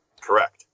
Correct